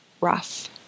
rough